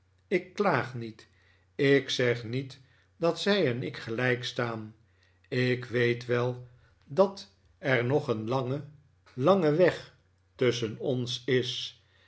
ik klaag niet ik zeg niet dat zij en ik gelijk staan ik weet wel dat er nog een lange tange weg tusschen ons is